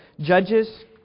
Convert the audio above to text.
Judges